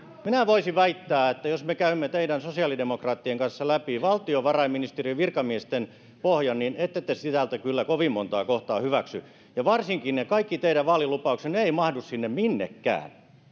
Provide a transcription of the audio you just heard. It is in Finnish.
minä voisin väittää että jos me käymme teidän sosiaalidemokraattien kanssa läpi valtiovarainministeriön virkamiesten pohjan niin ette te sieltä kyllä kovin montaa kohtaa hyväksy ja varsinkaan ne kaikki teidän vaalilupauksenne ne eivät mahdu sinne minnekään